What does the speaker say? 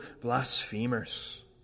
blasphemers